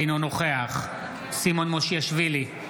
אינו נוכח סימון מושיאשוילי,